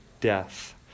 death